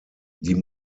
die